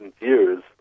years